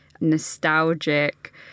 nostalgic